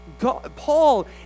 Paul